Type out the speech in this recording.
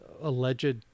alleged